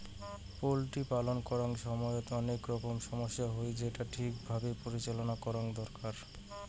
poultry পালন করাং সমইত অনেক রকমের সমস্যা হই, যেটোকে ঠিক ভাবে পরিচালনা করঙ দরকার